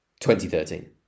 2013